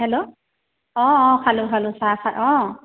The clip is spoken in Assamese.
হেল্ল' অঁ অঁ খালো খালো চাহ চা অঁ